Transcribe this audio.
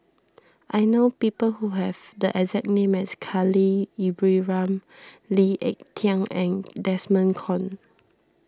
I know people who have the exact name as Khalil Ibrahim Lee Ek Tieng and Desmond Kon